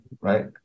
right